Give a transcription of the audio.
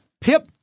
Pip